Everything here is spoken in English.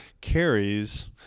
carries